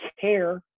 care